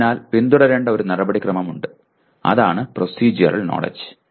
അതിനാൽ പിന്തുടരേണ്ട ഒരു നടപടിക്രമമുണ്ട് അതാണ് പ്രോസെഡ്യൂറൽ നോലെഡ്ജ്